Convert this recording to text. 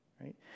right